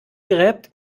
gräbt